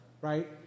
Right